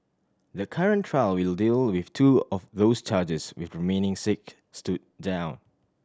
the current trial will deal with two of those charges with remaining six stood down